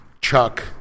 Chuck